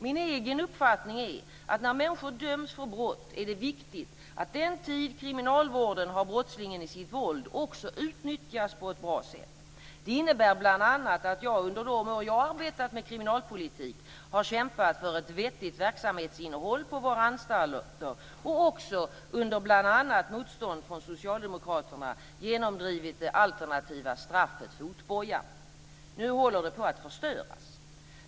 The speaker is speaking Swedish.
Min egen uppfattning är att när människor döms för brott är det viktigt att den tid kriminalvården har brottslingen i sitt våld också utnyttjas på ett bra sätt. Det innebär bl.a. att jag, under de år jag arbetat med kriminalpolitik, har kämpat för ett vettigt verksamhetsinnehåll på våra anstalter och också under bl.a. motstånd från socialdemokraterna genomdrivit det alternativa straffet fotbojan. Nu håller allt på att förstöras.